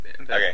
Okay